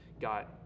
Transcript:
got